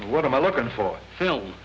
what am i looking for film